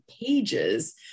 pages